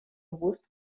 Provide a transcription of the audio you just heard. robust